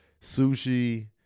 sushi